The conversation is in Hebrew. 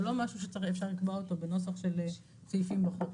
אבל לא משהו שאפשר לקבוע אותו בנוסח של סעיפים בחוק.